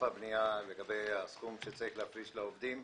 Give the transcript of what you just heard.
הבנייה לגבי הסכום שצריך להפריש לעובדים.